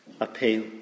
appeal